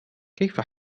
كيف